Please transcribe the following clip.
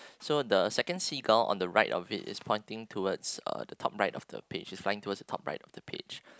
so the second seagull on the right of it is pointing towards uh the top right of the page it is flying towards the top right of the page